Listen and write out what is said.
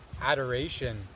adoration